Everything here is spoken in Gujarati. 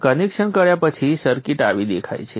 કનેક્શન કર્યા પછી સર્કિટ આવી દેખાય છે